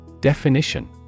Definition